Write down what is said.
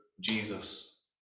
Jesus